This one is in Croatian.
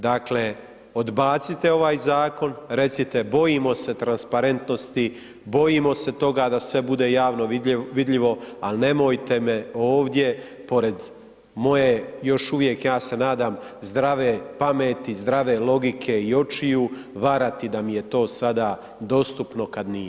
Dakle, odbacite ovaj zakon, recite bojimo se transparentnosti, bojimo se toga da sve bude javno vidljivo, ali nemojte me ovdje pored moje još uvijek ja se nadam zdrave pameti, zdrave logike i očiju varati da mi je to sada dostupno kad nije.